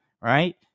Right